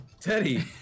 Teddy